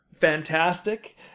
fantastic